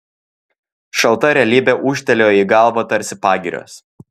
šalta realybė ūžtelėjo į galvą tarsi pagirios